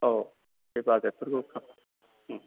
औ बे बाजेटफोरखौ खालाम उम